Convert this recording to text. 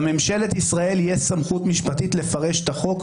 לממשלת ישראל יש סמכות משפטית לפרש את החוק,